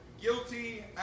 guilty